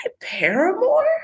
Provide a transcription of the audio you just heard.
Paramore